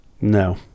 No